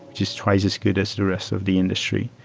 just twice as good as the rest of the industry,